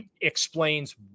explains